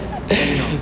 then how